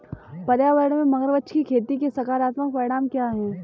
पर्यावरण में मगरमच्छ की खेती के सकारात्मक परिणाम क्या हैं?